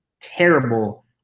terrible